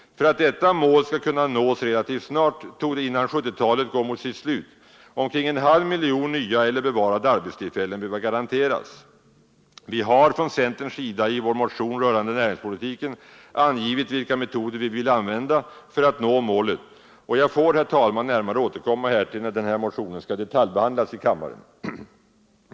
För att detta mål skall kunna nås relativt snart torde innan 1970-talet går mot sitt slut omkring en halv miljon nya eller bevarade arbetstillfällen behöva garanteras. Centern har i sin motion rörande näringspolitiken angivit vilka metoder vi vill använda för att nå målet, och jag får, herr talman, närmare återkomma härtill när denna motion skall detaljbehandlas i kammaren.